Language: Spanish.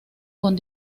con